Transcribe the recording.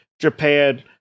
Japan